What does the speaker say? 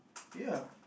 ya